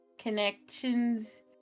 connections